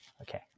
Okay